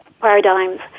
paradigms